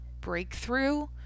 breakthrough